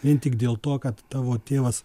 vien tik dėl to kad tavo tėvas